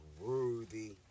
worthy